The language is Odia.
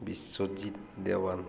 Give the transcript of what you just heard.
ବିଶ୍ୱଜିତ୍ ଦେୱାନ